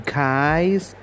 guys